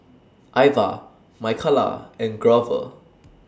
Ivah Michaela and Grover